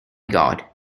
god